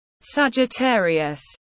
Sagittarius